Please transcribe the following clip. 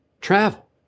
Travel